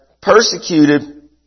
Persecuted